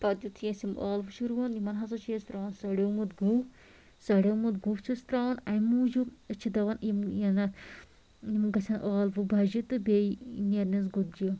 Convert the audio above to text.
پَتہٕ یُِتھٕے أسۍ یِم ٲلوٕ چھِ رُوان یِمَن ہسا چھِ أسۍ ترٛاوان سَڈیٛومُت گُہہ سَڈیٛومُت گُہہ چھِس ترٛاوان اَمہِ موٗجوٗب أسۍ چھِ دپان یِم یِم گژھیٚن ٲلوٕ بَجہِ تہٕ بیٚیہِ نیرنیٚس گُتجہِ